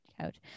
out